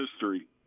history